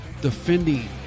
defending